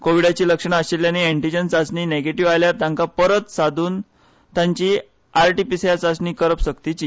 कोव्हीडाचीं लक्षणां आशिल्ल्यांची अॅन्टीजॅन चाचणी नेगेटिव्ह आयल्यार तांका परत सोदून तांची आरटी पीसीआर चाचणी करप सक्तीची